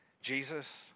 Jesus